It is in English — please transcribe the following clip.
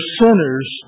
sinners